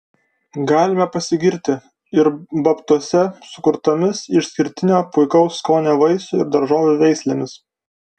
galime pasigirti ir babtuose sukurtomis išskirtinio puikaus skonio vaisių ir daržovių veislėmis